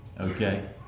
okay